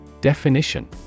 Definition